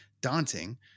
daunting